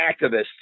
activists